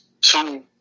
Two